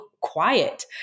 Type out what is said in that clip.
quiet